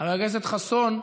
חבר הכנסת חסון.